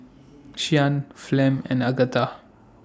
Shyann Flem and Agatha